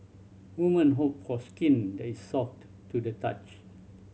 woman hope for skin that is soft to the touch